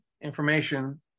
information